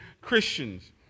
Christians